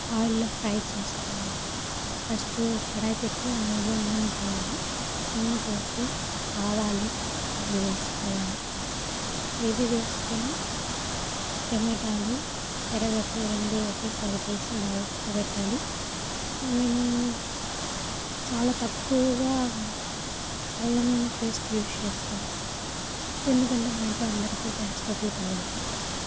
ఆయిల్లో ఫ్రై చేసుకోవాలి ఫస్ట్ కడాయి పెట్టి అందులో నూనె పోయాలి నూనె పోసి ఆవాలు అవి వేసుకోవాలి ఇవి వేసుకొని టమాటాలు ఎర్రగడ్డలు రెండు ఒకేసారి వేసి బాగా కలబెట్టాలి మేము చాలా తక్కువగా అల్లం పేస్ట్ యూస్ చేస్తాం ఎందుకంటే మా ఇంట్లో అందరికీ గ్యాస్ ట్రబుల్ కాబట్టి